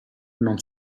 non